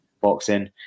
boxing